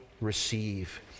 receive